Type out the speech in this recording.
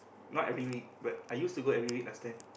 not every week but I use to go every week last time